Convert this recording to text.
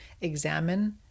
examine